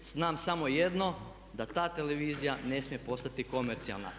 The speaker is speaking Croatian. Znam samo jedno da ta televizija ne smije postati komercijalna.